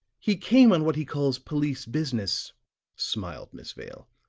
he came on what he calls police business smiled miss vale.